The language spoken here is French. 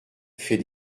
fait